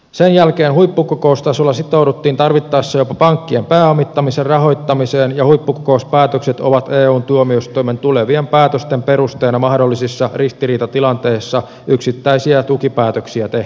sen jälkeen huippukokoustasolla sitouduttiin tarvittaessa jopa pankkien pääomittamisen rahoittamiseen ja huippukokouspäätökset ovat eun tuomioistuimen tulevien päätösten perusteena mahdollisissa ristiriitatilanteissa yksittäisiä tukipäätöksiä tehtäessä